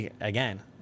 Again